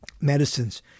medicines